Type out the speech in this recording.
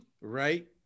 Right